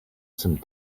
some